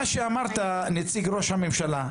מה שאמרת, נציג ראש הממשלה,